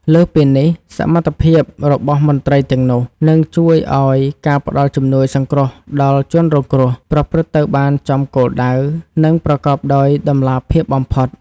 លើសពីនេះ សមត្ថភាពរបស់មន្ត្រីទាំងនោះ នឹងជួយឱ្យការផ្ដល់ជំនួយសង្គ្រោះដល់ជនរងគ្រោះប្រព្រឹត្តទៅបានចំគោលដៅ និងប្រកបដោយតម្លាភាពបំផុត។